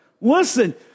Listen